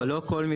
לא, לא כל מיזוג.